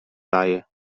daje